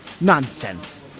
Nonsense